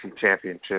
championship